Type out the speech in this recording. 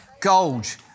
Gold